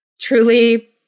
truly